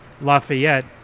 Lafayette